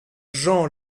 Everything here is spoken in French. jean